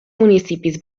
municipis